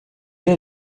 est